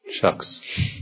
shucks